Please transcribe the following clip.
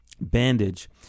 bandage